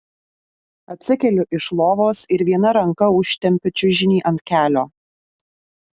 atsikeliu iš lovos ir viena ranka užtempiu čiužinį ant kelio